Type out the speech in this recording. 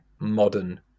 modern